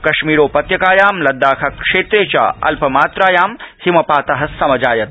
कश्मीरोपत्यकायां लद ाखक्षेत्रे च अल्पामात्रायां हिमपात समजायत